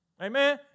Amen